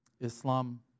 Islam